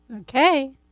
Okay